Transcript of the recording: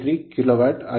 153ಕಿಲೋವ್ಯಾಟ್